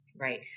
Right